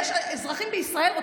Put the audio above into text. יש אזרחים בישראל,